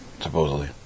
supposedly